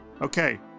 Okay